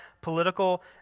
political